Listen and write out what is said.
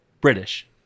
British